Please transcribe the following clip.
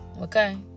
okay